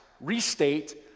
restate